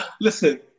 listen